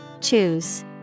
Choose